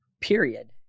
period